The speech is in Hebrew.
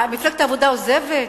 מפלגת העבודה עוזבת?